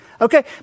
Okay